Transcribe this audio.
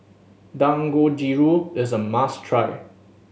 dangojiru is a must try